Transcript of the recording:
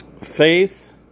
faith